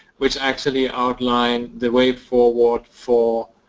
which actually outline the way forward for